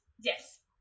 Yes